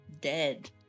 dead